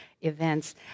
events